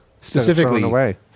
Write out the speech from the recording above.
Specifically